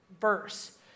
verse